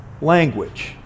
language